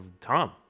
Tom